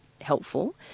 helpful